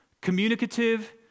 communicative